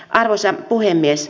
arvoisa puhemies